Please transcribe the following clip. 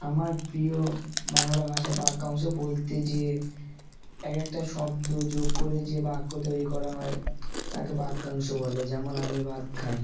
আমার প্রিয় বাংলা ভাষা বাক্যাংশ বলতে যে এক একটা শব্দ যোগ করে যে বাক্য তৈরি করা হয় তাকে বাক্যাংশ বলে যেমন আমি ভাত খাই